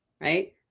right